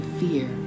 fear